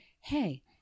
hey